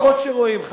שרואים פחות,